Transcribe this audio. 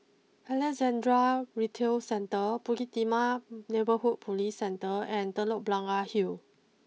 Alexandra Retail Centre Bukit Timah Neighbourhood police Centre and Telok Blangah Hill